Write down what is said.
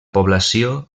població